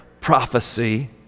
prophecy